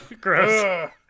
Gross